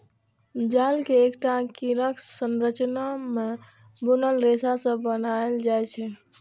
जाल कें एकटा ग्रिडक संरचना मे बुनल रेशा सं बनाएल जाइ छै